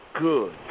good